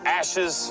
ashes